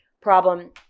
problem